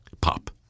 Pop